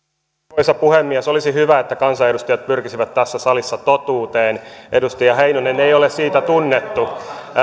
arvoisa puhemies olisi hyvä että kansanedustajat pyrkisivät tässä salissa totuuteen edustaja heinonen ei ole siitä tunnettu